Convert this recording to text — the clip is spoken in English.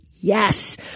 Yes